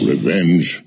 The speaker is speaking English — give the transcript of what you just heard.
Revenge